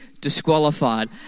disqualified